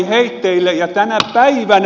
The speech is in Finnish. ja tänä päivänä